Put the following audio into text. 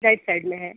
right side में है